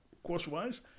Course-wise